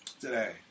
today